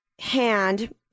hand